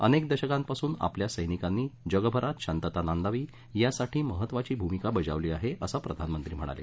अनेक दशकांपासून आपल्या सैनिकांनी जगभरात शांतता नांदावी यासाठी महत्वाची भूमिका बजावली आहे असं प्रधानमंत्री म्हणाले